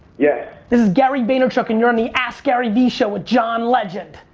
yeah this is gary vaynerchuk and you're on the askgaryvee show with john legend.